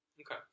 Okay